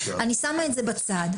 אני שמה את זה בצד.